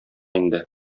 инде